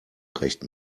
recht